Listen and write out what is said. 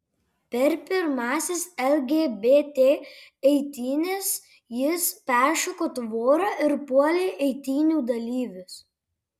per pirmąsias lgbt eitynes jis peršoko tvorą ir puolė eitynių dalyvius